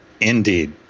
Indeed